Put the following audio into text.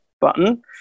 button